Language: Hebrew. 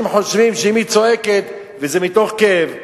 חושבים שאם היא צועקת וזה מתוך כאב ומתוך,